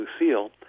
Lucille